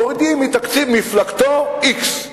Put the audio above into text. מורידים מתקציב מפלגתו x.